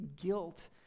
guilt